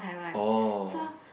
oh